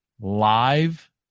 live